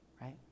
Right